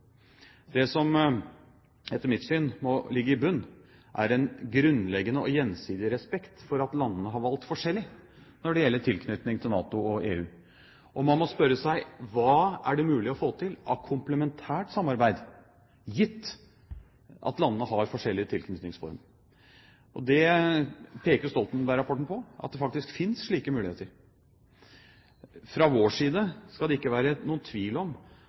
Det som etter mitt syn må ligge i bunnen, er en grunnleggende og gjensidig respekt for at landene har valgt forskjellig når det gjelder tilknytning til NATO og EU, og man må spørre seg: Hva er det mulig å få til av komplementært samarbeid, gitt at landene har forskjellig tilknytningsform? Stoltenberg-rapporten peker på at det faktisk finnes slike muligheter. Fra vår side skal det ikke være noen tvil om